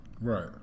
Right